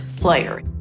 player